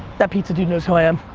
that pizza dude knows who i am.